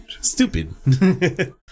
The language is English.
Stupid